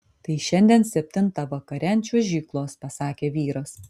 tai šiandien septintą vakare ant čiuožyklos pasakė vyras